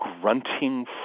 grunting